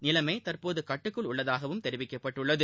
நிலைமை தற்போது கட்டுக்குள் உள்ளதாகவும் தெரிவிக்கப்பட்டுள்ளது